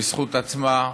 בזכות עצמה,